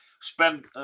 spend